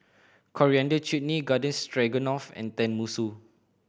Coriander Chutney Gardens Stroganoff and Tenmusu